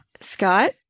Scott